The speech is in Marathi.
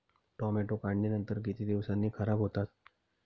टोमॅटो काढणीनंतर किती दिवसांनी खराब होतात?